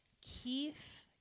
Keith